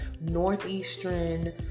Northeastern